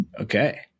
Okay